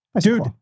Dude